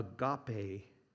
agape